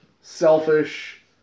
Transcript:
selfish